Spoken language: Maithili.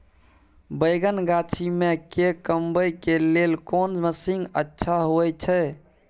बैंगन गाछी में के कमबै के लेल कोन मसीन अच्छा होय छै?